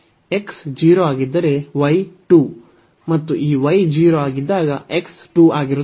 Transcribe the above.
x 0 ಆಗಿದ್ದರೆ y 2 ಮತ್ತು ಈ y 0 ಆಗಿದ್ದಾಗ x 2 ಆಗಿರುತ್ತದೆ